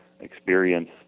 experience